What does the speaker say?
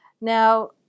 Now